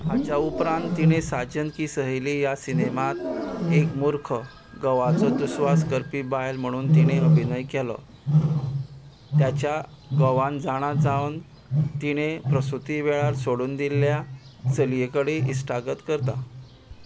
हाच्या उपरांत तिणें साजन की सहेली ह्या सिनेमांत एक मूर्ख घोवाचो दुस्वास करपी बायल म्हणून तिणें अभिनय केलो तिच्या घोवान जाणा जावन तिणें प्रस्तुती वेळार सोडून दिल्ल्या चलये कडेन इश्टागत करता